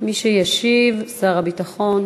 יש הסכמה: